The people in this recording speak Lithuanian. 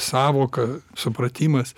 sąvoka supratimas